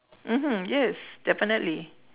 mmhmm yes definitely